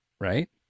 Right